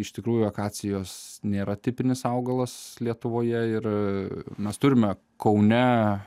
iš tikrųjų akacijos nėra tipinis augalas lietuvoje ir mes turime kaune